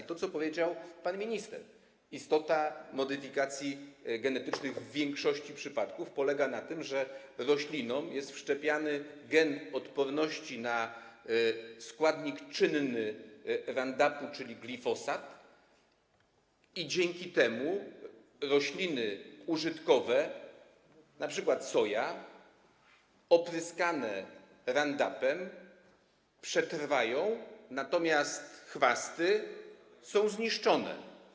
Pan minister powiedział, że istota modyfikacji genetycznych w większości przypadków polega na tym, że roślinom jest wszczepiany gen odporności na składnik czynny Roundupu, czyli glifosat, i dzięki temu rośliny użytkowe, np. soja, opryskane Roundupem przetrwają, natomiast chwasty będą zniszczone.